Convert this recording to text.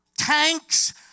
Tanks